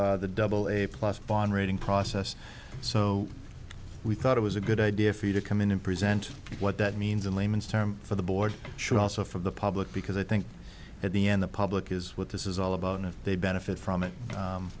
of the double a plus bond rating process so we thought it was a good idea for you to come in and present what that means in layman's term for the board should also for the public because i think at the end the public is what this is all about and if they benefit from it